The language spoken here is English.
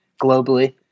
globally